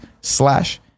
slash